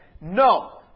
No